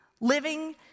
living